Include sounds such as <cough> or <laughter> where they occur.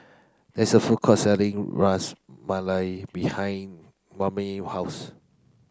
there's a food court selling Ras Malai behind <unintelligible> house